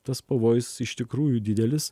tas pavojus iš tikrųjų didelis